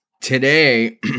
today